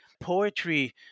poetry